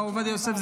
הרב עובדיה יוסף,